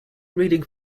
reading